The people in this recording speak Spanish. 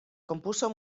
compuso